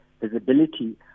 visibility